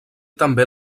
també